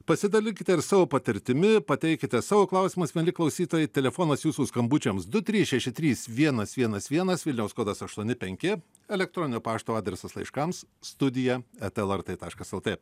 pasidalinkite ir savo patirtimi pateikite savo klausimas mieli klausytojai telefonas jūsų skambučiams du trys šeši trys vienas vienas vienas vilniaus kodas aštuoni penki elektroninio pašto adresas laiškams studija eta lrt taškas lt